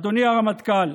אדוני הרמטכ"ל,